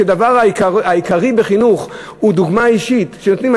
כי הדבר העיקרי בחינוך הוא דוגמה אישית שנותנים.